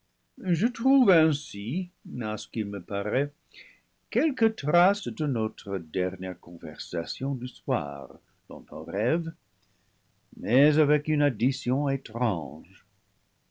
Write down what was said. je trouve ainsi à ce qu'il me paraît quelques traces de notre dernière conversation du soir dans ton rêve mais avec une addition étrange